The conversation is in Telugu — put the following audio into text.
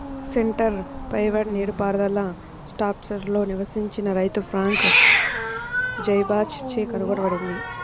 సెంటర్ పైవట్ నీటిపారుదల స్ట్రాస్బర్గ్లో నివసించిన రైతు ఫ్రాంక్ జైబాచ్ చే కనుగొనబడింది